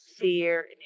Fear